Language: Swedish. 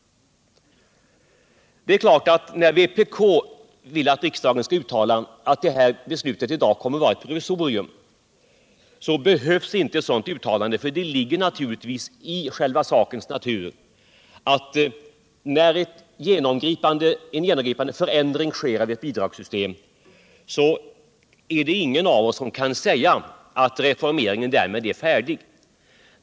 Vpk vill att riksdagen skall uttala alt dagens beslut är ett provisorium. Något sådant uttalande behövs inte. När en genomgripande förändring sker av ett bidragssystem är det — det ligger i sakens natur — ingen av oss som kan säga att reformeringen därmed är färdig.